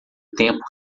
tempo